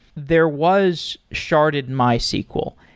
there was sharded mysql,